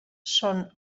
són